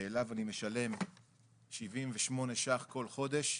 שאליו אני משלם 78 שקלים כל חודש,